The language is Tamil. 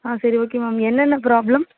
ஆ சரி ஓகே மேம் என்னென்ன ப்ராப்ளம்